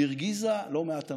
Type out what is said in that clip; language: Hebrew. היא הרגיזה לא מעט אנשים.